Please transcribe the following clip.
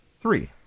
three